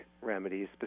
remedies